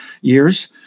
years